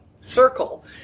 circle